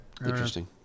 Interesting